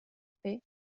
paix